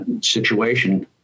situation